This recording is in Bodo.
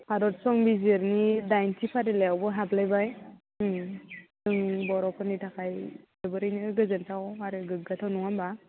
भारत संबिजिरनि दाइनथि फारिलायावबो हाबलायबाय बर'फोरनि थाखाय जोबोरैनो गोजोनथाव आरो गोग्गाथाव नङा होमब्ला